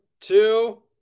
two